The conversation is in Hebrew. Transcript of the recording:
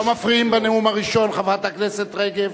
לא מפריעים בנאום הראשון, חברת הכנסת רגב.